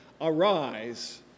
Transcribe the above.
Arise